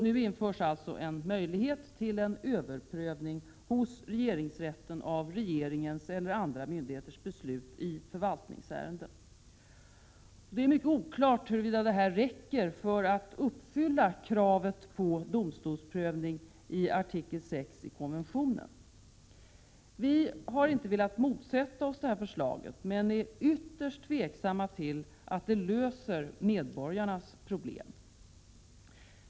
Nu införs alltså en möjlighet till en överprövning hos regeringsrätten av regeringens eller andra myndigheters beslut i förvaltningsärenden. Det är mycket oklart huruvida detta räcker för att uppfylla kravet på domstolsprövning i artikel 6 i konventionen. Vi har inte velat motsätta oss förslaget men är ytterst tveksamma till om det löser medborgarnas problem.